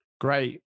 Great